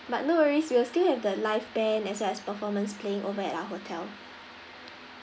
but no worries we will still have the live band as well as performance playing over at our hotel